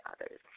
others